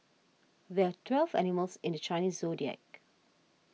there are twelve animals in the Chinese zodiac